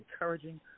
encouraging